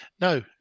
No